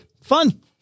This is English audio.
Fun